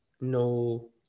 no